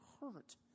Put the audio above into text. hurt